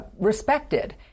respected